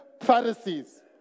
pharisees